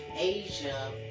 Asia